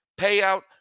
payout